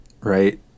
right